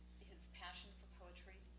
his passion for poetry,